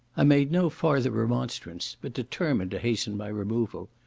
i made no farther remonstrance, but determined to hasten my removal.